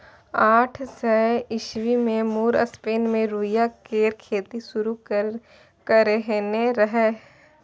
आठ सय ईस्बी मे मुर स्पेन मे रुइया केर खेती शुरु करेने रहय